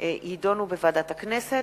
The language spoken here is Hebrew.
והיא תידון בוועדת הכנסת,